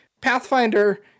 Pathfinder